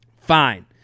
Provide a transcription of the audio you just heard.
fine